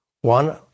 one